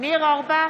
ניר אורבך,